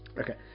okay